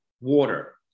water